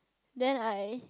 then I